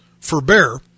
Forbear